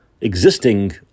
existing